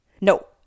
No